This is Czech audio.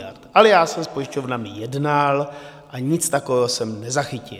Ale já jsem s pojišťovnami jednal a nic takového jsem nezachytil.